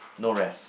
no rest